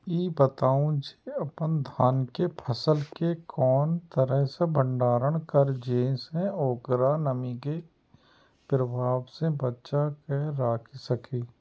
ई बताऊ जे अपन धान के फसल केय कोन तरह सं भंडारण करि जेय सं ओकरा नमी के प्रभाव सं बचा कय राखि सकी?